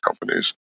companies